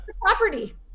property